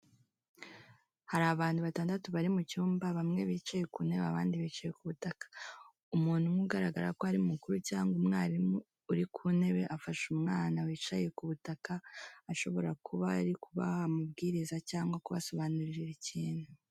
Hari abantu batandatu bari mu cyumba bamwe bicaye ku ntebe abandi bicaye ku butaka. Umuntu umwe ugaragara ko ari mukuru cyangwa umwarimu uri ku ntebe afashe umwana wicaye ku butaka ashobora kuba ari kubaha amabwiriza cyangwa kubasobanurira ikintu.